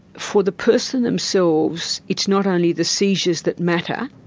for the person themselves it's not only the seizures that matter.